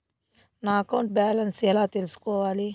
నా account balance ఎలా తెల్సుకోవాలి